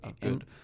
good